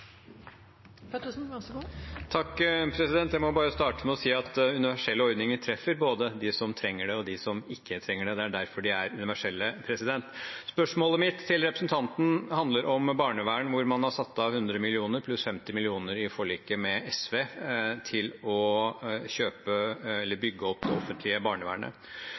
Jeg må starte med å si at universelle ordninger treffer både de som trenger det, og de som ikke trenger det – det er derfor de er universelle. Spørsmålet mitt til representanten handler om barnevern, hvor man har satt av 100 mill. kr, pluss 50 mill. kr i forliket med SV, til å kjøpe eller bygge opp barnevernet. Klassekampen har i dag en større sak om barnevernet,